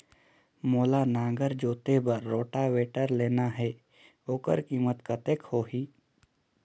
मोला नागर जोते बार रोटावेटर लेना हे ओकर कीमत कतेक होही?